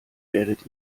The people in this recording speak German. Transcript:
werdet